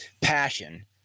passion